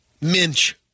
Minch